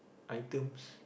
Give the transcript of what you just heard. items